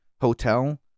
hotel